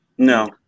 No